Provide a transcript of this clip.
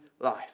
life